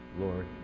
Lord